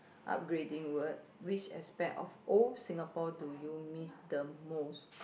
upgrading work which aspect of old Singapore do you miss the most